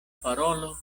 parolo